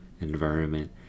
environment